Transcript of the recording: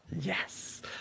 Yes